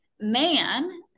man